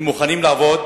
הם מוכנים לעבוד